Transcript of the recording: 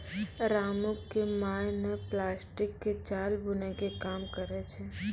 रामू के माय नॅ प्लास्टिक के जाल बूनै के काम करै छै